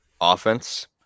offense